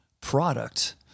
product